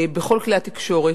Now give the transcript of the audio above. בכל כלי התקשורת,